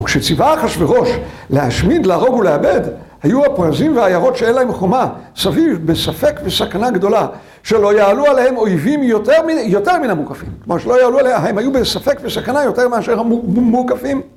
וכשציווה אחשרוש להשמיד, להרוג ולאבד, היו הפרזים והעיירות שאין להם חומה סביב, בספק וסכנה גדולה, שלא יעלו עליהם אויבים יותר מן המוקפים. כלומר, שלא יעלו... הם היו בספק וסכנה יותר מאשר המוקפים.